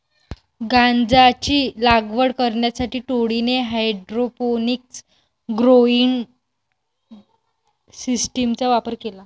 गांजाची लागवड करण्यासाठी टोळीने हायड्रोपोनिक्स ग्रोइंग सिस्टीमचा वापर केला